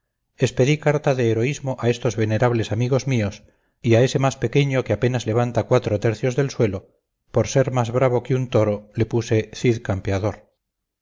expedí carta de heroísmo a estos venerables amigos míos y a ese más pequeño que apenas levanta cuatro tercios del suelo por ser más bravo que un toro le puse cid campeador